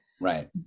Right